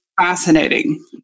fascinating